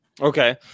Okay